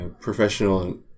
Professional